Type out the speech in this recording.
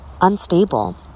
unstable